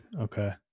Okay